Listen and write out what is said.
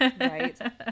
Right